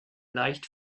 leicht